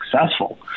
successful